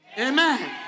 Amen